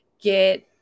get